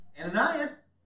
Ananias